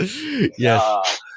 Yes